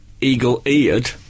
eagle-eared